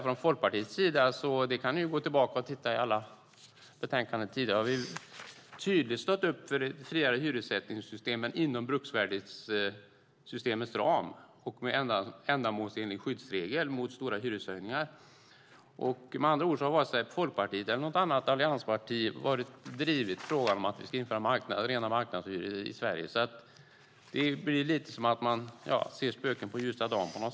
Från Folkpartiets sida har vi tydligt - ni kan gå tillbaka och kolla detta i tidigare betänkanden - stått upp för ett friare hyressättningssystem men inom bruksvärdessystemets ram och med ändamålsenlig skyddsregel mot stora hyreshöjningar. Med andra ord har varken Folkpartiet eller något annat alliansparti drivit frågan om att införa rena marknadshyror i Sverige. Det blir lite som att man ser spöken på ljusa dagen.